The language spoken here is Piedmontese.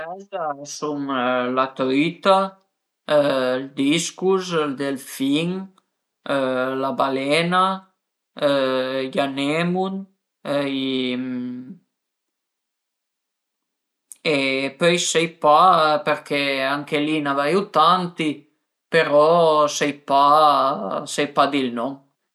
I pes a sun la trüita, ël discus, ël delfin la balena, i anemun e pöi sa pa përché anche li n'a veiu tanti però sai pa sai pa di ël nom